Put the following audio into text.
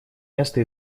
место